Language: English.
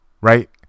right